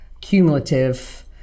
cumulative